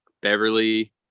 Beverly